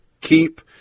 keep